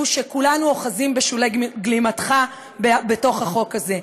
שכולנו אוחזים בשולי גלימתך בחוק הזה,